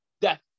death